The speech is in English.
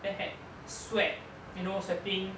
and had sweat you know sweating